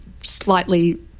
slightly